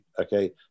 okay